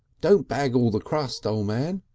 don't bag all the crust, o' man.